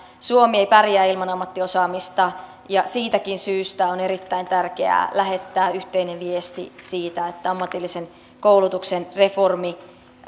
suomi ei pärjää ilman ammattiosaamista ja siitäkin syystä on erittäin tärkeää lähettää yhteinen viesti siitä että ammatillisen koulutuksen reformi